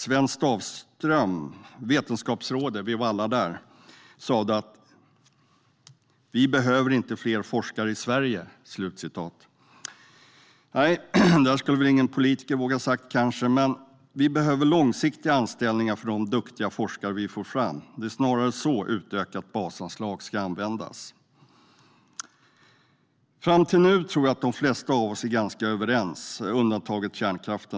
När vi alla besökte Vetenskapsrådet sa Sven Stafström: Vi behöver inte fler forskare i Sverige. Det skulle kanske ingen politiker ha vågat säga. Men vi behöver långsiktiga anställningar för de duktiga forskare som vi får fram. Det är snarare så ett utökat basanslag ska användas. Fram till nu tror jag att de flesta av oss är ganska överens, med undantag av kärnkraften.